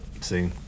See